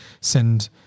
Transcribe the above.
send